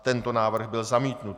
Tento návrh byl zamítnut.